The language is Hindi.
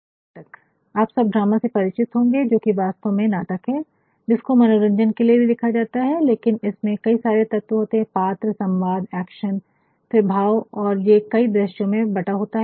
और फिर नाटक आप सब ड्रामा से परिचित होंगे जोकि वास्तव में नाटक है जिसको मनोरंजन के लिए भी लिखा जाता है लेकिन इसमें कई सरे तत्व होते है पात्र संवाद एक्शन फिर भाव और फिर ये कई दृश्यों में बटा होता है